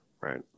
Right